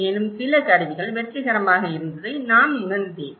மேலும் சில கருவிகள் வெற்றிகரமாக இருந்ததை நான் உணர்ந்தேன்